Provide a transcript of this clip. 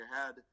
ahead